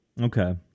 okay